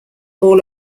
all